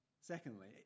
secondly